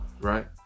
Right